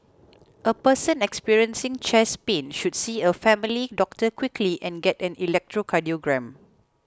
a person experiencing chest pain should see a family doctor quickly and get an electrocardiogram